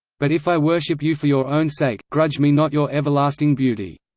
but if i worship you for your own sake, grudge me not your everlasting beauty.